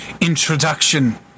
introduction